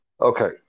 Okay